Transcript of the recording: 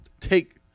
take